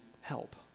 help